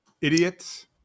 idiots